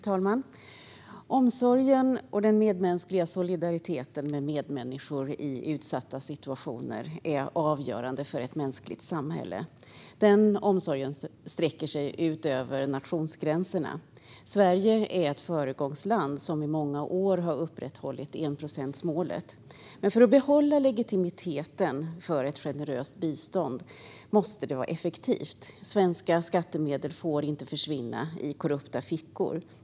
Fru talman! Omsorgen om och den medmänskliga solidariteten med medmänniskor i utsatta situationer är avgörande för ett mänskligt samhälle. Denna omsorg sträcker sig ut över nationsgränserna. Sverige är ett föregångsland som i många år har upprätthållit enprocentsmålet. Men för att behålla legitimiteten för ett generöst bistånd måste det vara effektivt. Svenska skattemedel får inte försvinna i korrupta fickor.